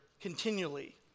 continually